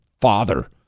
father